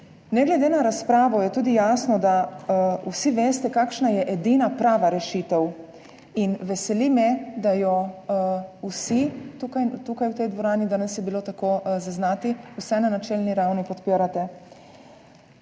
Ne glede na razpravo je tudi jasno, da vsi veste, kakšna je edina prava rešitev, in veseli me, da jo vsi tukaj v tej dvorani, danes je bilo tako zaznati, vsaj na načelni ravni podpirate.